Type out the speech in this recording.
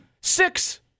Six